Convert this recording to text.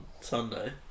Sunday